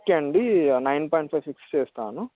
okay అండి nine point five fix చేస్తాను